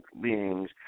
beings